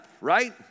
right